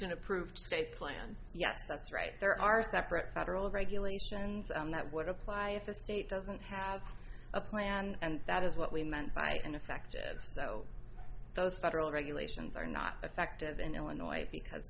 been approved state plan yes that's right there are separate federal regulations that would apply if the state doesn't have a plan and that is what we meant by in effect and so those federal regulations are not effective in illinois because